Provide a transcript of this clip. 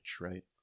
right